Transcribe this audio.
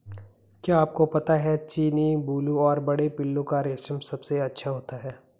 क्या आपको पता है चीनी, बूलू और बड़े पिल्लू का रेशम सबसे अच्छा होता है?